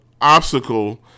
obstacle